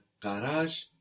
garage